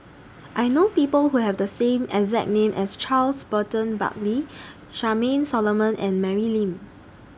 I know People Who Have The same exact name as Charles Burton Buckley Charmaine Solomon and Mary Lim